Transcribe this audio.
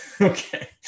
Okay